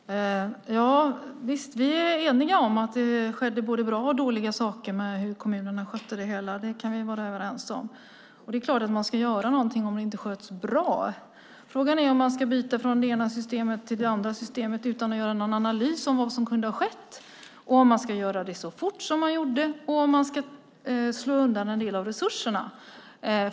Herr talman! Visst, vi är eniga om att det skedde både bra och dåliga saker när kommunerna skötte det hela. Det kan vi vara överens om. Och det är klart att man ska göra någonting om det är något som inte sköts bra. Frågan är om man ska byta från det ena systemet till det andra utan att göra någon analys av vad som kunde ha skett, om man ska göra det så fort som man gjorde och om man ska slå undan en del av resurserna.